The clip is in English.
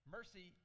Mercy